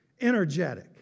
energetic